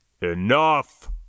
Enough